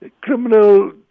criminal